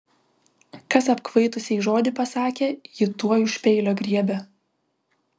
kas apkvaitusiai žodį pasakė ji tuoj už peilio griebia